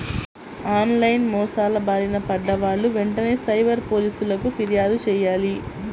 on line మోసాల బారిన పడ్డ వాళ్ళు వెంటనే సైబర్ పోలీసులకు పిర్యాదు చెయ్యాలి